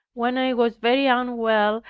when i was very unwell,